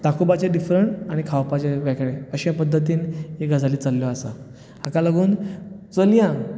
दाखोवपाचे different आनी खावपाचे वेगळे अशे पद्दतीन ह्यो गजाली चल्ल्यो आसा हाका लागून चलयांक